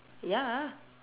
ya